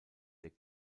der